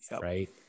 Right